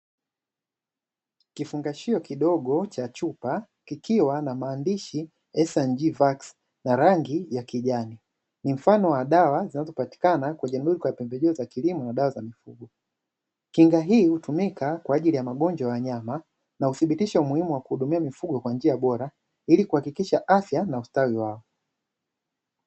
Kifungashio kidogo cha chupa, kikiwa na maandishi ''S & G VAX'' na rangi ya kijani. Ni mfano wa dawa zinazopatikana kwenye maduka ya pembejeo za kilimo na dawa za mifugo. Kinga hii hutumika kwa ajili ya magonjwa ya wanyama, na huthibitisha umuhimu wa kuhudumia mifugo kwa njia bora, ili kuhakikisha afya na ustawi wao.